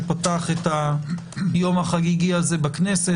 שפתח את היום החגיגי הזה בכנסת.